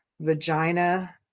vagina